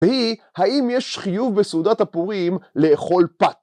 ‫היא האם יש חיוב בסעודת הפורים ‫לאכול פת